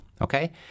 okay